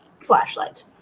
flashlight